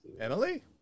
Emily